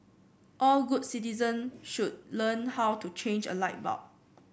all good citizen should learn how to change a light bulb